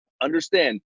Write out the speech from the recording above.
understand